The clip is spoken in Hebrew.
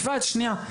יפעת שניה.